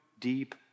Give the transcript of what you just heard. deep